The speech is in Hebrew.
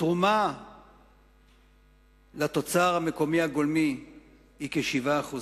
התרומה לתוצר המקומי הגולמי היא כ-7%,